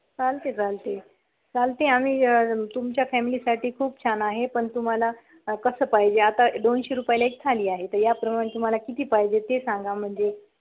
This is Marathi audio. चालते चालते चालते आम्ही तुमच्या फॅमिलीसाठी खूप छान आहे पण तुम्हाला कसं पाहिजे आता दोनशे रुपयाला एक थाळी आहे तर याप्रमाणे तुम्हाला किती पाहिजे ते सांगा म्हणजे